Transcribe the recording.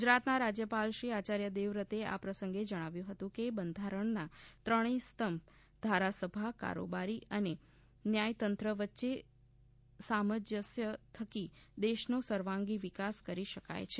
ગુજરાતના રાજ્યપાલશ્રી આચાર્ય દેવવ્રતે આ પ્રસંગે જણાવ્યું હતું કે બંધારણના ત્રણેય સ્તંભ ધારાસભા કારોબારી અને ન્યાયતંત્ર વચ્ચે સામંજસ્ય થકી દેશનો સર્વાંગી વિકાસ કરી શકાય છે